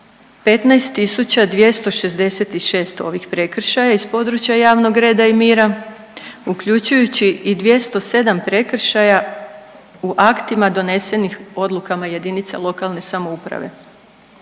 15 266 ovih prekršaja iz područja javnog reda i mira, uključujući i 207 prekršaja u aktima donesenih odlukama jedinica lokalne samouprave.